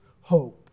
hope